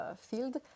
field